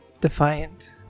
Defiant